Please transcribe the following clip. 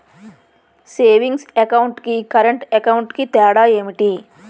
Savings account కి current account కి తేడా ఏమిటి?